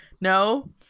No